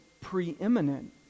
preeminent